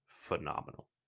Phenomenal